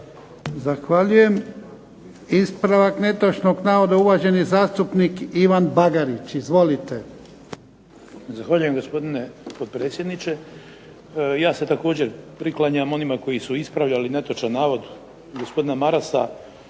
Zahvaljujem. Ispravak netočnog navoda uvaženi zastupnik Ivan Bagarić. Izvolite. **Bagarić, Ivan (HDZ)** Zahvaljujem gospodine potpredsjedniče. Ja se također priklanjam onima koji su ispravljali netočan navod gospodina Marasa